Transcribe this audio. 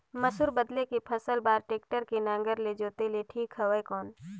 मसूर बदले के फसल बार टेक्टर के नागर ले जोते ले ठीक हवय कौन?